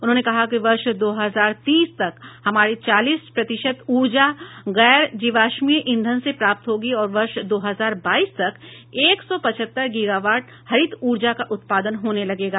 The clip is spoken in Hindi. उन्होंने कहा कि वर्ष दो हजार तीस तक हमारी चालीस प्रतिशत ऊर्जा गैर जीवाष्मीय ईंधन से प्राप्त होगी और वर्ष दो हजार बाईस तक एक सौ पचहत्तर गीगावॉट हरित ऊर्जा का उत्पादन होने लगेगा